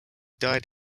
died